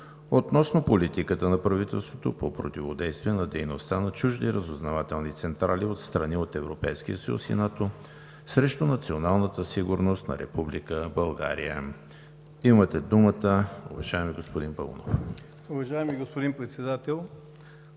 относно политиката на правителството по противодействие на дейността на чужди разузнавателни централи от страни от Европейския съюз и НАТО срещу националната сигурност на Република България. Имате думата, уважаеми господин Паунов.